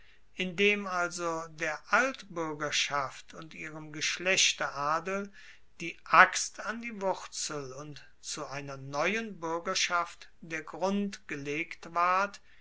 indem also der altbuergerschaft und ihrem geschlechteradel die axt an die wurzel und zu einer neuen buergerschaft der grund gelegt ward